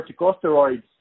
corticosteroids